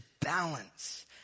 balance